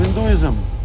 Hinduism